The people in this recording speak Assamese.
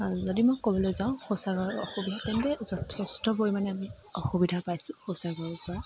যদি মই ক'বলৈ যাওঁ শৌচাগাৰৰ অসুবি তেন্তে যথেষ্ট পৰিমাণে আমি অসুবিধা পাইছোঁ শৌচাগাৰৰ পৰা